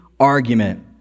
argument